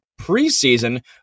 preseason